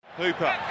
Hooper